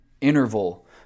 interval